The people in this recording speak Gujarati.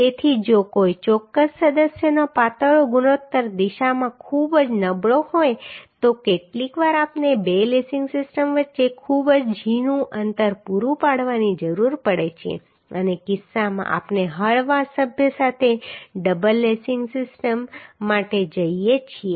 તેથી જો કોઈ ચોક્કસ સદસ્યનો પાતળો ગુણોત્તર દિશામાં ખૂબ જ નબળો હોય તો કેટલીકવાર આપણે બે લેસિંગ સિસ્ટમ વચ્ચે ખૂબ જ ઝીણું અંતર પૂરું પાડવાની જરૂર પડે છે અને તે કિસ્સામાં આપણે હળવા સભ્ય સાથે ડબલ લેસિંગ સિસ્ટમ માટે જઈએ છીએ